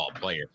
player